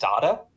data